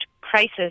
crisis